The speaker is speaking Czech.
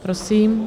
Prosím.